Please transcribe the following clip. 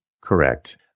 Correct